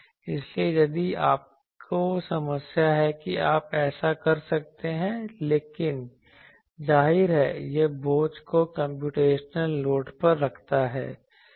इसलिए यदि आपको समस्या है कि आप ऐसा कर सकते हैं लेकिन जाहिर है यह बोझ को कम्प्यूटेशनल लोड पर रखता है